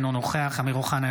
אינו נוכח אמיר אוחנה,